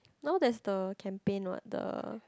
now there's the campaign what the